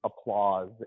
applause